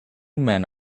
men